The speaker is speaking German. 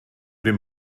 den